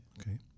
Okay